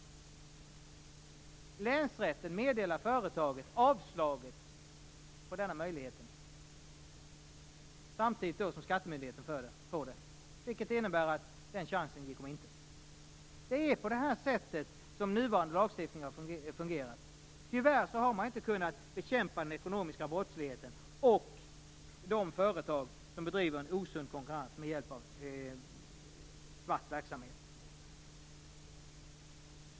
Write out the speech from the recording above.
Länsrätten meddelade företaget avslaget på denna möjlighet samtidigt som skattemyndigheten fick beskedet. Detta innebar att denna möjlighet gick om intet. Det är på detta sätt som den nuvarande lagstiftningen har fungerat. Tyvärr har man inte kunnat bekämpa den ekonomiska brottsligheten och de företag som bedriver en osund konkurrens med hjälp av svart verksamhet.